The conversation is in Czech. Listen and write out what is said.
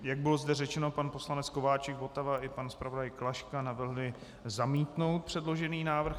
Jak bylo zde řečeno, pan poslanec Kováčik, Votava i pan zpravodaj Klaška navrhli zamítnout předložený návrh.